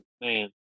man